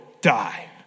die